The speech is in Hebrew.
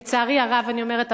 לצערי הרב אני אומרת,